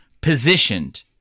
positioned